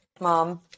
Mom